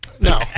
No